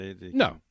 No